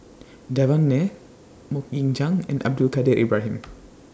Devan Nair Mok Ying Jang and Abdul Kadir Ibrahim